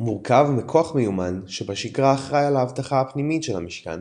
מורכב מכוח מיומן שבשגרה אחראי על האבטחה הפנימית של המשכן